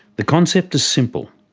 the concept is simple,